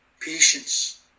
Patience